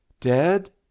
Dead